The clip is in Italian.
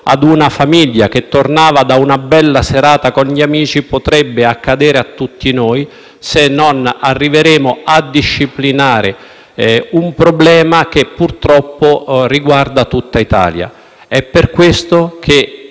a una famiglia che tornava da una bella serata con gli amici potrebbe accadere a tutti noi, se non arriveremo a disciplinare un problema che purtroppo riguarda tutta Italia. È per questo che,